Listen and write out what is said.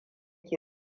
ke